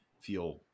feel